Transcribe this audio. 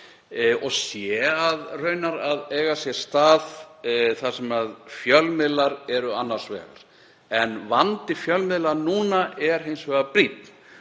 og sé raunar að eiga sér stað þar sem fjölmiðlar eru annars vegar. Vandi fjölmiðla er hins vegar brýnn